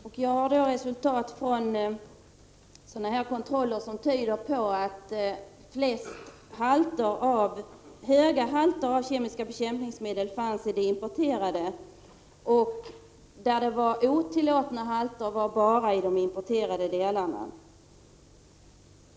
Herr talman! Jag har resultat från sådana kontroller som tyder på att flest höga halter av kemiska bekämpningsmedel fanns i de importerade livsmedlen. Otillåtna halter fanns bara i importerade livsmedel.